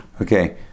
Okay